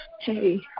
Hey